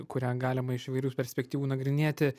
kurią galima iš įvairių perspektyvų nagrinėti